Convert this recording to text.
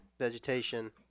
vegetation